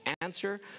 Answer